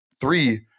three